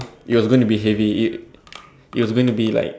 it was going to be heavy it was going to be like